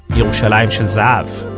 shel um shel zahav.